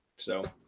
so,